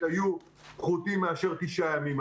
היו פחותים מאשר תשעה ימים.